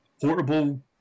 portable